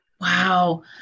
Wow